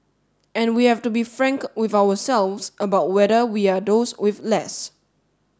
and we have to be frank with ourselves about whether we are those with less